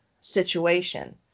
situation